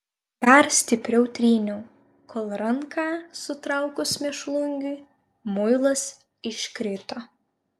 dar stipriau tryniau kol ranką sutraukus mėšlungiui muilas iškrito